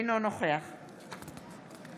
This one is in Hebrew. אינו נוכח חוה